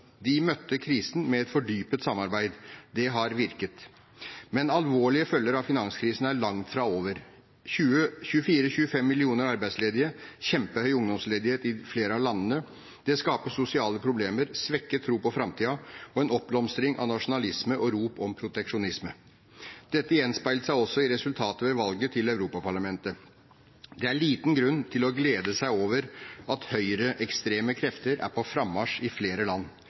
De møtte krisen med et fordypet samarbeid. Det har virket. Men alvorlige følger av finanskrisen er langt fra over. Det er 24–25 millioner arbeidsledige, og det er kjempehøy ungdomsledighet i flere av landene. Det skaper sosiale problemer, svekket tro på framtiden, en oppblomstring av nasjonalisme og rop om proteksjonisme. Dette gjenspeilet seg også i resultatet ved valget til Europaparlamentet. Det er liten grunn til å glede seg over at høyreekstreme krefter er på frammarsj i flere land.